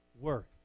work